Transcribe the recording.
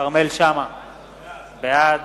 בעד